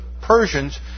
Persians